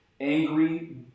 angry